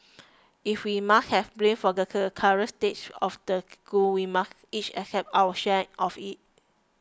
if we must have blame for the current state of the school we must each accept our share of it